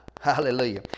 Hallelujah